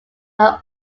are